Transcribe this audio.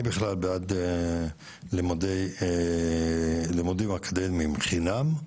אני בכלל בעד לימודים אקדמיים חינם,